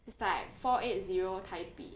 it's like four eight zero 台币